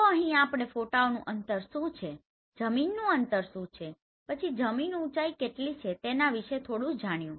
તો અહીં આપણે ફોટાઓનું અંતર શું છે જમીનનું અંતર શું છે પછી જમીન ઊચાઇ કેટલી છે તેના વિશે થોડું જાણ્યું